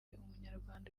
umunyarwanda